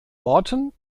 worten